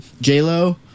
J-Lo